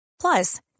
Plus